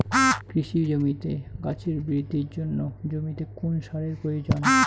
কৃষি জমিতে গাছের বৃদ্ধির জন্য জমিতে কোন সারের প্রয়োজন?